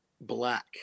Black